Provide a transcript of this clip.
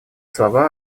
слова